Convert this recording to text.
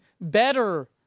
better